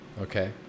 Okay